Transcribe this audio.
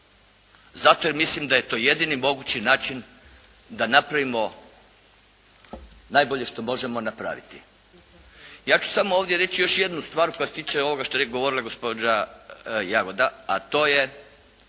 Zato jer mislim da je to jedini mogući način da napravimo najbolje što možemo napraviti. Ja ću samo ovdje reći još jednu stvar koja se tiče ovoga što je govorila gospođa Jagoda a to je